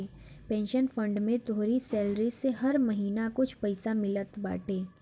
pension fund में तोहरी salary से हर महिना कुछ पईसा मिलत बाटे